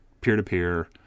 peer-to-peer